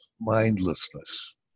mindlessness